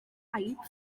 caib